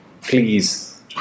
please